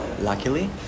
luckily